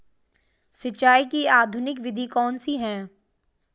सिंचाई की आधुनिक विधि कौनसी हैं?